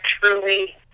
truly